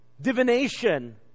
divination